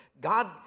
God